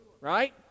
right